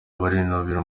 barinubira